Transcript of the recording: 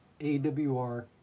AWR